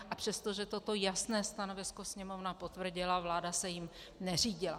A přestože toto jasné stanovisko Sněmovna potvrdila, vláda se jím neřídila.